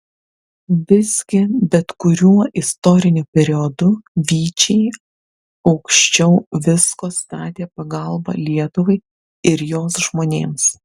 visgi bet kuriuo istoriniu periodu vyčiai aukščiau visko statė pagalbą lietuvai ir jos žmonėms